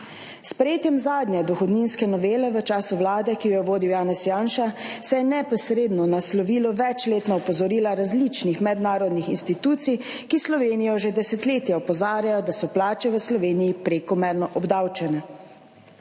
sprejetjem zadnje dohodninske novele v času vlade, ki jo je vodil Janez Janša, se je neposredno naslovilo večletna opozorila različnih mednarodnih institucij, ki Slovenijo že desetletja opozarjajo, da so plače v Sloveniji prekomerno obdavčene.